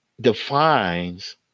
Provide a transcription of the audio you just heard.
defines